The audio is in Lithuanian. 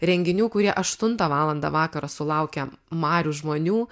renginių kurie aštuntą valandą vakaro sulaukia marių žmonių